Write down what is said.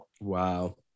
Wow